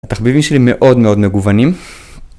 התחביבים שלי מאוד מאוד מגוונים